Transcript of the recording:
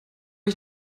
ich